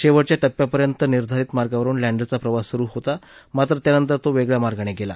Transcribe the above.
शेवटच्या टप्प्यापर्यंत निर्धारित मार्गावरुन लँडरचा प्रवास सुरु होता मात्र त्यानंतर तो वेगळया मार्गाने गेला